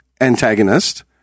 antagonist